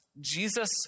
Jesus